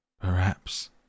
Perhaps